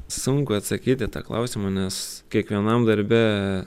sunku atsakyt į tą klausimą nes kiekvienam darbe